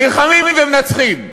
נלחמים ומנצחים.